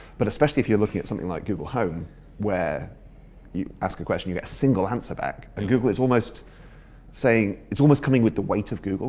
but especially if you're looking at something like google home where you ask a question, you get a single answer back and google is almost saying, it's almost coming with the weight of